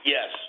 Yes